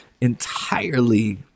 entirely